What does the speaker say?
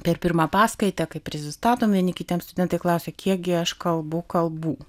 per pirmą paskaitą kai prisistatom vieni kitiems studentai klausia kiek gi aš kalbu kalbų